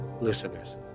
listeners